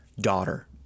Daughter